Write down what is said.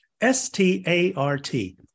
S-T-A-R-T